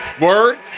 Word